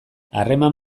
harreman